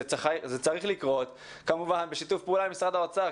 זה צריך לקרות כמובן בשיתוף פעולה עם משרד האוצר.